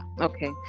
Okay